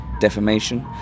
defamation